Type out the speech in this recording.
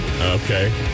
Okay